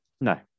no